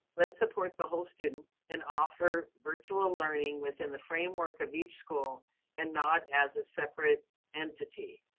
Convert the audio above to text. let's support the whole student and offer virtual learning within the framework of each school and not as a separate entity.